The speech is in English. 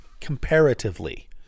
comparatively